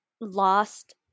lost